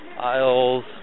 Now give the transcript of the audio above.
aisles